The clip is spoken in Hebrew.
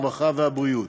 הרווחה והבריאות,